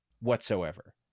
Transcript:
whatsoever